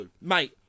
mate